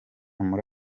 muri